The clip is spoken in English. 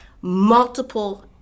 multiple –